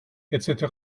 etc